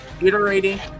Iterating